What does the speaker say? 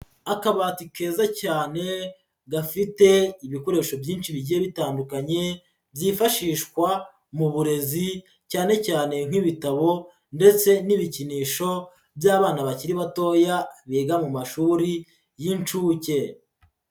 Akabati keza cyane, gafite ibikoresho byinshi bigiye bitandukanye, byifashishwa mu burezi, cyane cyane nk'ibitabo ndetse n'ibikinisho by'abana bakiri batoya biga mu mashuri y'incuke.